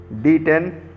D10